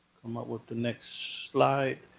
come up with the next slide.